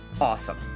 awesome